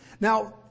Now